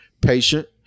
patient